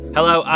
Hello